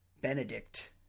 Benedict